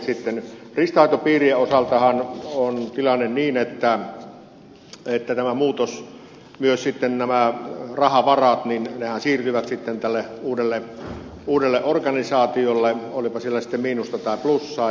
riistanhoitopiirien osaltahan on tilanne niin että tämä muutos ja myös sitten nämä rahavarat siirtyvät tälle uudelle organisaatiolle olipa siellä sitten miinusta tai plussaa